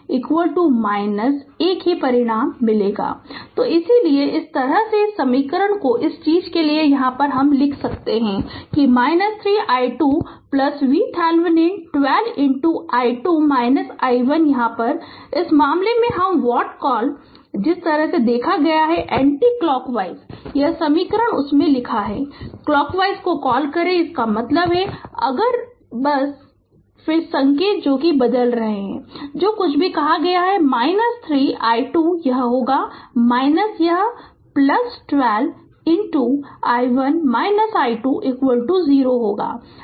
Refer Slide Time 1515 तो इसलिए इसी तरह से इस समीकरण को इस चीज़ के लिए लिख रहे हैं कि 3 i2 VThevenin 12 i2 i1 यहां इस मामले में क्या कॉल है जिस तरह से देखा है - एंटीक्लॉकवाइज यह समीकरण उसमें लिखा है - क्लॉकवाइज को कॉल करे इसका मतलब है अगर अगर बस अगर सिर्फ संकेत बदल दें जो कुछ भी कहा गया है 3 i2 यह होगा यह 12 i1 i2 0 होगा